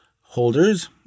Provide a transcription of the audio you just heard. holders